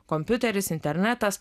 kompiuteris internetas